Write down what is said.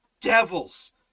devils